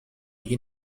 you